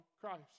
Christ